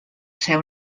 ser